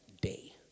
day